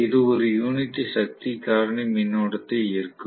இது ஒரு யூனிட்டி சக்தி காரணி மின்னோட்டத்தை ஈர்க்கும்